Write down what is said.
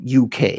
UK